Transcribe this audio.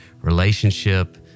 relationship